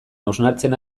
hausnartzen